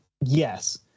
yes